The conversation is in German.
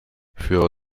für